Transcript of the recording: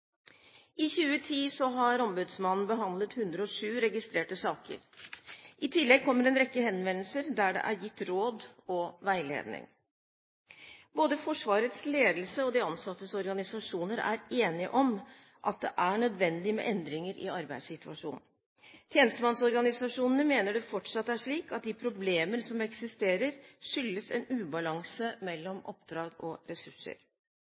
I 2010 har Ombudsmannen behandlet 107 registrerte saker. I tillegg kommer det en rekke henvendelser der det er gitt råd og veiledning. Både Forsvarets ledelse og de ansattes organisasjoner er enige om at det er nødvendig med endringer i arbeidssituasjonen. Tjenestemannsorganisasjonene mener det fortsatt er slik at de problemer som eksisterer, skyldes en ubalanse mellom oppdrag og ressurser.